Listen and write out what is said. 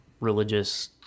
religious